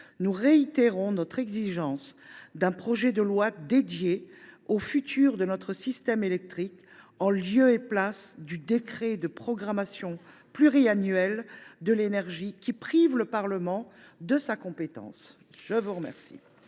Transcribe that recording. nous réitérons notre exigence d’un projet de loi consacré au futur de notre système électrique,… Absolument !… en lieu et place du décret de programmation pluriannuel de l’énergie, qui prive le Parlement de sa compétence. La parole